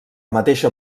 mateixa